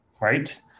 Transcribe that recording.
right